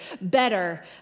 better